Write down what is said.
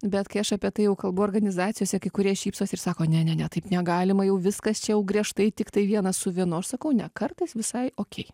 bet kai aš apie tai jau kalbu organizacijose kai kurie šypsosi ir sako ne ne ne taip negalima jau viskas čia jau griežtai tiktai vienas su vienu aš sakau ne kartais visai okei